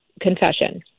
confession